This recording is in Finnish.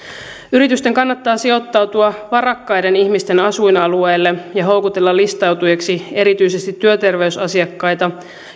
yritysten kannattaa sijoittautua varakkaiden ihmisten asuinalueille ja houkutella listautujiksi erityisesti työterveysasiakkaita